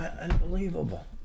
Unbelievable